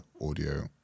audio